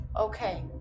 Okay